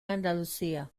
andalusia